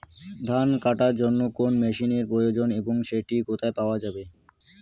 ধান কাটার জন্য কোন মেশিনের প্রয়োজন এবং সেটি কোথায় পাওয়া যেতে পারে?